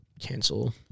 cancel